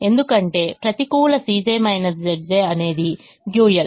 ఎందుకంటే ప్రతికూల అనేది డ్యూయల్